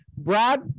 brad